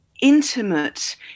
intimate